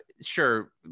sure